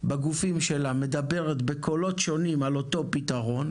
בגופים שלה, מדברת בקולות שונים על אותו הפתרון.